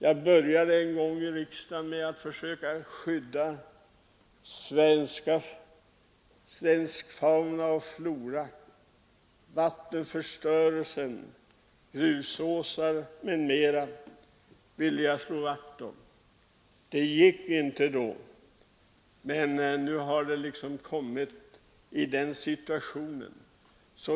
Jag började en gång mitt arbete i riksdagen med att försöka hejda vattenförstörelsen och skydda svensk flora och fauna. De svenska grusåsarna ville jag också slå vakt om. Det gick inte då.